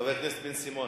חבר הכנסת בן-סימון?